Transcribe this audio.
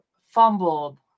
fumbled